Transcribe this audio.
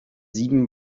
sieben